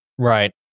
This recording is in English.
Right